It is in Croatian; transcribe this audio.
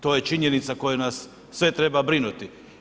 To je činjenica koja nas sve treba brinuti.